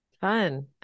fun